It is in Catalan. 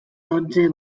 dotze